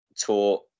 taught